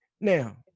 now